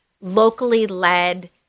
locally-led